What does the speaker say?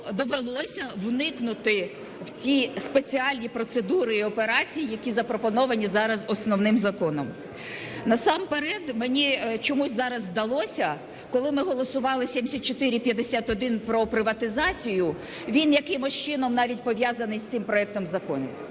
довелося вникнути в ті спеціальні процедури і операції, які запропоновані зараз основним законом. Насамперед мені чомусь зараз здалося, коли ми голосували 7451 про приватизацію, він якимось чином навіть пов'язаний з цим проектом закону.